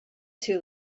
too